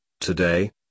Today